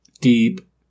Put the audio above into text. Deep